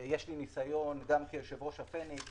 ואת זה אני אומר גם מהניסיון שהיה לי כיושב-ראש "הפניקס".